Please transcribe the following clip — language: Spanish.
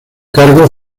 cargo